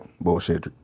bullshit